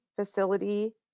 facility